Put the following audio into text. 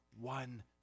one